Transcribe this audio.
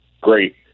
great